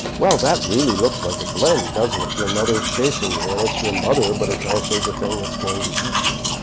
well, that really looks like a blend, doesn't it your mother is chasing you, and it's your mother but it's also the thing that's going to eat you.